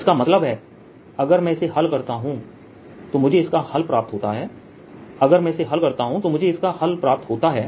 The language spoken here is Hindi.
इसका मतलब है अगर मैं इसे हल करता हूं तो मुझे इसका हल प्राप्त होता है अगर मैं इसे हल करता हूं तो मुझे इसका इसका हल प्राप्त होता है